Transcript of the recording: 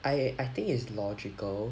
I I think is logical